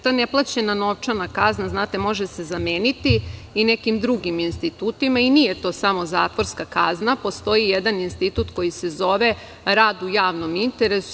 Ta neplaćena novčana kazna, znate, može se zameniti i nekim drugim institutima i nije to samo zatvorska kazna, postoji jedan institut koji se zove rad u javnom interesu.